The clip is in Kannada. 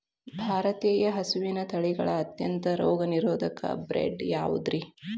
ಭಾರತೇಯ ಹಸುವಿನ ತಳಿಗಳ ಅತ್ಯಂತ ರೋಗನಿರೋಧಕ ಬ್ರೇಡ್ ಯಾವುದ್ರಿ?